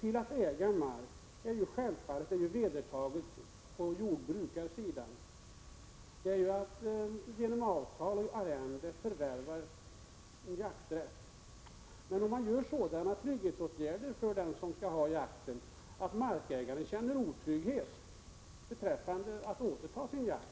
Bland jordbrukare är det självfallet vedertaget att den som inte äger mark kan förvärva en jakträtt genom avtal om arrende, men om sådana trygghetsåtgärder vidtas för den som skall ha jakten att markägaren känner otrygghet beträffande möjligheten att återta sin jakträtt